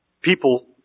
people